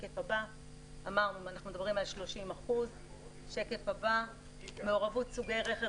אנחנו מדברים על 30%. (שקף: מעורבות סוגי רכב).